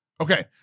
Okay